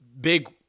big